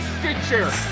Stitcher